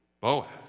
Boaz